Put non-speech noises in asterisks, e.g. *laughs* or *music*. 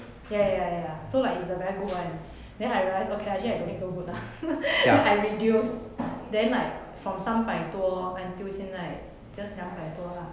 ya ya ya so like it's the very good [one] then I realised okay actually I don't need so good lah *laughs* then I reduce then like from 三百多 until 现在 just 两百多 lah